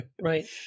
Right